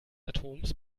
atoms